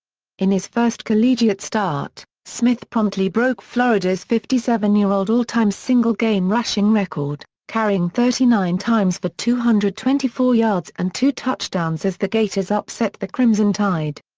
in his first collegiate start, smith promptly broke florida's fifty seven year old all-time single game rushing record, carrying thirty nine times for two hundred and twenty four yards and two touchdowns as the gators upset the crimson tide.